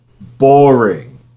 boring